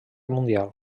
mundial